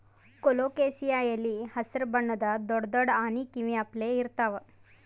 colocasia ಎಲಿ ಹಸ್ರ್ ಬಣ್ಣದ್ ದೊಡ್ಡ್ ದೊಡ್ಡ್ ಆನಿ ಕಿವಿ ಅಪ್ಲೆ ಇರ್ತವ್